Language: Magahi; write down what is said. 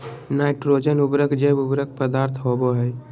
नाइट्रोजन उर्वरक जैव उर्वरक पदार्थ होबो हइ